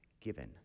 given